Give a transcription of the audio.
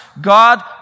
God